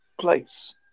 place